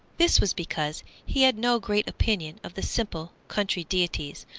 this was because he had no great opinion of the simple country deities,